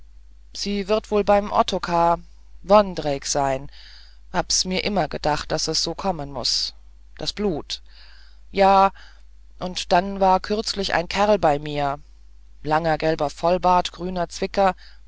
sie wird wohl beim ottokar vondrejc sein hab's mir immer gedacht daß es so kommen muß das blut ja und da war kürzlich ein kerl bei mir langer gelber vollbart grüner zwicker